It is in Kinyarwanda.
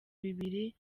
bibiri